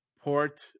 port